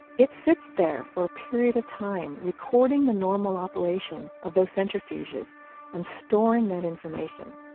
it sits there for a period of time, recording the normal operation of those centrifuges and storing that information,